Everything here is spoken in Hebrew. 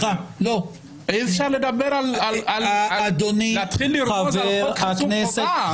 אי אפשר להתחיל לרקוד על חוק חיסון חובה.